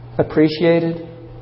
Appreciated